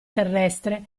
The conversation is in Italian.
terrestre